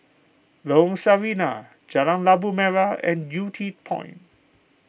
Lorong Sarina Jalan Labu Merah and Yew Tee Point